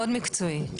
מאוד מקצועי.